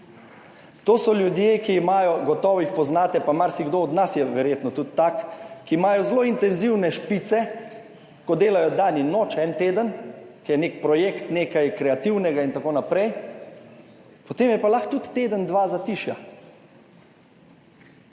To so ljudje, ki imajo, gotovo jih poznate, pa marsikdo od nas je verjetno tudi tak, ki imajo zelo intenzivne špice, ko delajo dan in noč, en teden, ki je nek projekt, nekaj kreativnega in tako naprej, potem je pa lahko tudi teden, dva zatišja.